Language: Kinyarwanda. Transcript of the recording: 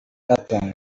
katongo